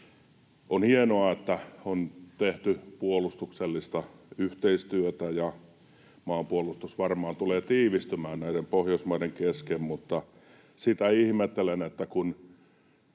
On hienoa, että on tehty puolustuksellista yhteistyötä, ja maanpuolustus varmaan tulee tiivistymään näiden Pohjoismaiden kesken, mutta sitä ihmettelen, että se